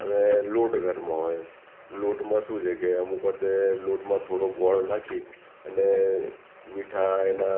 હવે લોટ ઘરમાં હોય લોટમાં શું છે કે અમુક વખતે લોટમાં થોડો ગોળ નાખી અને મીઠા એના